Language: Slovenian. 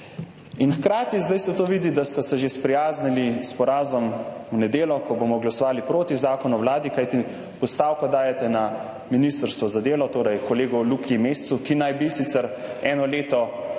zdaj se to vidi, ste se že sprijaznili s porazom v nedeljo, ko bomo glasovali proti zakonu o vladi. Kajti postavko dajete na ministrstvo za delo, torej kolegu Luki Mescu, ki naj bi sicer eno leto